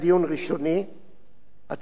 הצעת החוק בכלל לא באה להצבעה,